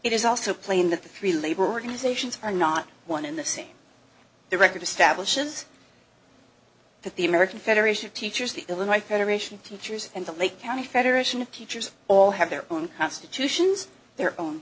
it is also plain that the three labor organizations are not one in the same the record establishes that the american federation of teachers the illinois federation teachers and the lake county federation of teachers all have their own constitutions their own